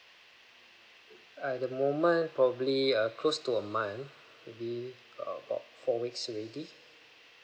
uh the moment probably uh close to a month maybe uh about four weeks already